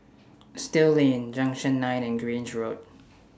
Still Lane Junction nine and Grange Road